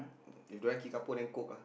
if don't have Kickapoo then Coke ah